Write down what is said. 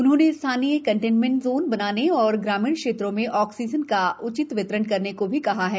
उन्होंने स्थानीय containment zone बनाने और ग्रामीण क्षेत्रों में ऑक्सीजन का उचित वितरण करने को भी कहा है